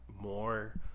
more